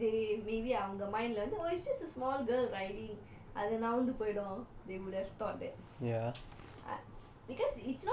because they maybe அவங்க:avanga mind leh வந்து:vanthu oh is just a small girl riding அது நவந்து போய்டும்:athu navanthu poyidum they would have thought that ya